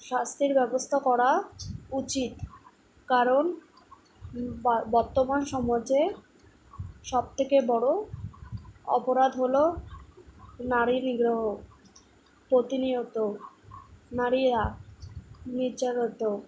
শাস্তির ব্যবস্থা করা উচিৎ কারণ বর বর্তমান সমাজে সবথেকে বড়ো অপরাধ হলো নারী নিগ্রহ প্রতিনিয়ত নারীরা নির্যাতিত